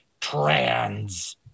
trans